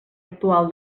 actual